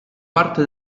parte